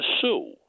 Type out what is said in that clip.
sue